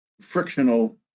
frictional